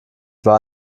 war